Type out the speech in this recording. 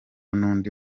n’undi